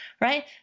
right